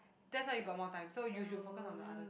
that's why you got more time so you should focus on the other